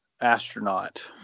astronaut